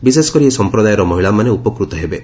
ବିଶେଷକରି ଏହି ସଂପ୍ରଦାୟର ମହିଳାମାନେ ଉପକୃତ ହେବେ